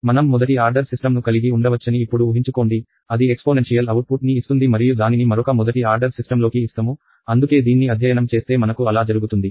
మనం మొదటి ఆర్డర్ సిస్టమ్ను కలిగి ఉండవచ్చని ఇప్పుడు ఉహించుకోండి అది ఎక్స్పోనెన్షియల్ అవుట్ పుట్ ని ఇస్తుంది మరియు దానిని మరొక మొదటి ఆర్డర్ సిస్టమ్లోకి ఇస్తము అందుకే దీన్ని అధ్యయనం చేస్తే మనకు అలా జరుగుతుంది